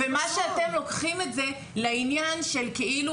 ומה שאתם לוקחים את זה לעניין של כאילו